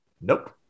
Nope